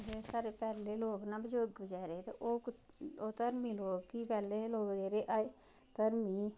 जेह्ड़े साढ़े पैहले लोक न बजुर्ग बेचारे ते ओह् ओह् धर्मी लोग ही पैहले लोग जेह्ड़े धर्मी